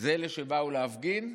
זה אלה שבאו להפגין,